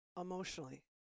emotionally